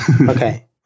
Okay